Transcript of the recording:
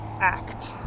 Act